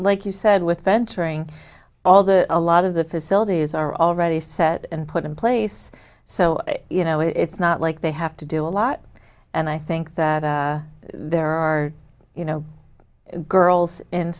like you said with venturing all the a lot of the facilities are already set and put in place so you know it's not like they have to do a lot and i think that there are you know girls